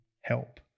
help